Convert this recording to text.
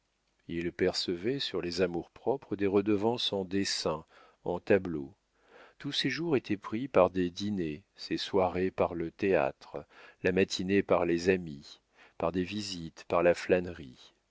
il percevait sur les amours-propres des redevances en dessins en tableaux tous ses jours étaient pris par des dîners ses soirées par le théâtre la matinée par les amis par des visites par la flânerie